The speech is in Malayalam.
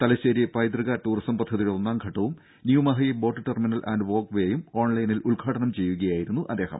തലശ്ശേരി പൈതൃക ടൂറിസം പദ്ധതിയുടെ ഒന്നാം ഘട്ടവും new Mahe boat terminal and walk വേയും ഓൺലൈനിൽ ഉദ്ഘാടനം ചെയ്യുകയായിരുന്നു അദ്ദേഹം